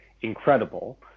incredible